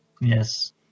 Yes